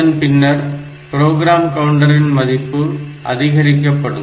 அதன் பின்னர் ப்ரோக்ராம் கவுண்டரின் மதிப்பு அதிகரிக்கப்படும்